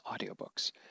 audiobooks